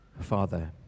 Father